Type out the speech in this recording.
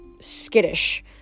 skittish